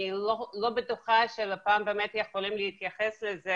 אני לא בטוחה שלפ"מ באמת יכולים להתייחס לזה